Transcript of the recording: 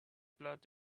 blurred